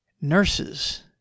nurses